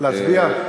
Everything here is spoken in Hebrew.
הרשה לעצמו,